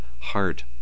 Heart